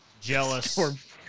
Jealous